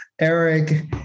Eric